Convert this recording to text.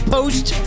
Post